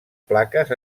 plaques